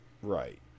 Right